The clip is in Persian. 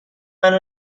اما